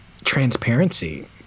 transparency